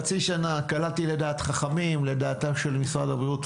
קלעתי לדעת חכמים ולדעתם של משרד הבריאות.